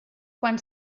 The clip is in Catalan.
quan